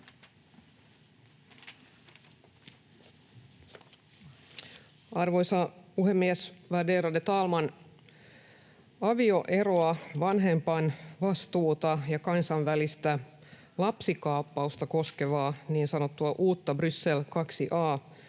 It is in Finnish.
Arvoisa puhemies, värderade talman! Avioeroa, vanhempainvastuuta ja kansainvälistä lapsikaappausta koskevaa niin sanottua uutta Bryssel II